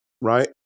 Right